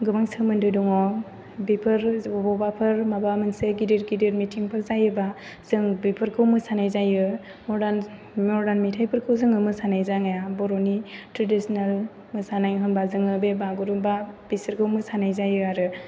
गोबां सोमोन्दो दङ बेफोर बबेयावबाफोर माबा मोनसे गिदिर गिदिर मिटिंफोर जायोबा जों बेफोरखौ मोसानाय जायो मदार्न मेथाइफोरखौ जोङो मोसानाय जाया बर'नि ट्रेडिसनेल मोसानाय होनबा जोङो बे बागुरुम्बा बेसोरखौ मोसानाय जायो आरो